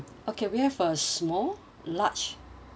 okay we have uh small large